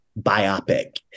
biopic